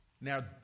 now